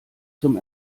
zum